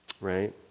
Right